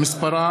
שמספרה